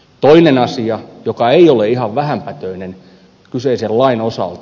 toinen asia joka ei ole ihan vähäpätöinen kyseisen lain osalta